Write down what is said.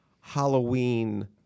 Halloween